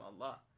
Allah